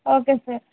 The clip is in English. okay sir